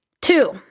Two